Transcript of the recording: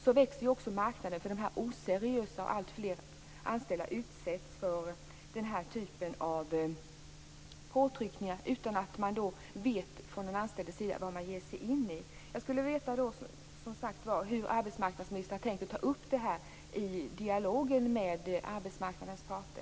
Så växer marknaden för de oseriösa, och alltfler anställda utsätts för påtryckningar utan att de anställda vet vad de ger sig in i.